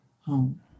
home